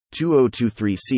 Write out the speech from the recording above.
2023C